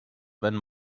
when